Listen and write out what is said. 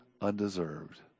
undeserved